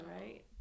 right